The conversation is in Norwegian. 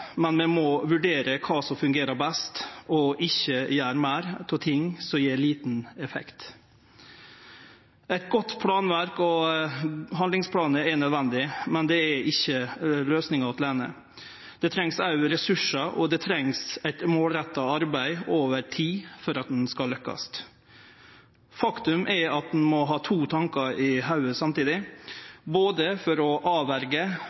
men vi må vurdere kva som fungerer best, og ikkje gjere meir av ting som gjev liten effekt. Eit godt planverk og handlingsplanar er nødvendig, men det er ikkje løysinga aleine. Det trengst òg ressursar, og det trengst eit målretta arbeid over tid for at ein skal lukkast. Faktum er at ein må ha to tankar i hovudet samtidig – for å